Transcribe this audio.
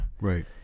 Right